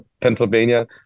Pennsylvania